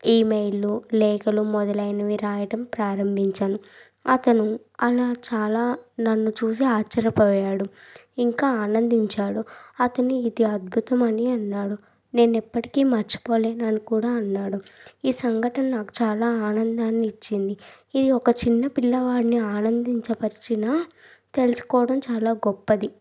email లేఖలు మొదలైనవి రాయటం ప్రారంభించాను అతను అలా చాలా నన్ను చూసి ఆశ్చర్యపోయాడు ఇంకా ఆనందించాడు అతని ఇది అద్భుతం అని అన్నాడు నేను ఎప్పటికీ మర్చిపోలేను అని కూడా అన్నాడు ఈ సంఘటన నాకు చాలా ఆనందాన్ని ఇచ్చింది ఇది ఒక చిన్న పిల్లవాడిని ఆనందించ పరిచిన తెలుసుకోవడం చాలా గొప్పది